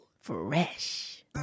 Fresh